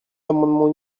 l’amendement